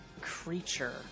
creature